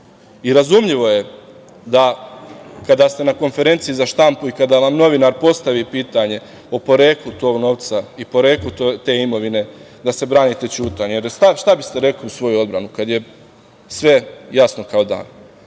odgovor. Razumljivo je da kada ste na konferenciji za štampu i kada vam novinar postavi pitanje o poreklu tog novca i poreklu te imovine, da se branite ćutanjem. Jer, šta biste rekli u svoju odbranu kad je sve jasno kao